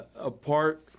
apart